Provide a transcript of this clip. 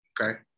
Okay